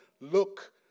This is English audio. look